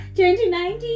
2019